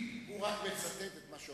הוא רק מצטט את מה שהוא אמר.